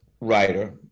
writer